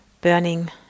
burning